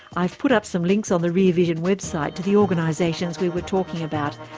i've put up some links on the rear vision website to the organisations we were talking about,